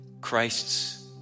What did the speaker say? Christ's